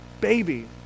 baby